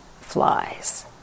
flies